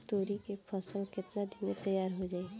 तोरी के फसल केतना दिन में तैयार हो जाई?